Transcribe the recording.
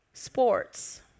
Sports